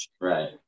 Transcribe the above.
Right